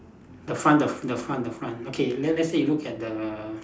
the front the the front the front okay let's let's say you look at the